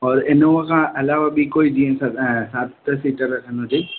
और इनोवा खां अलावा ॿीं कोई जीअं त सत सीटर खनि हुजे